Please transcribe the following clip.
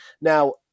Now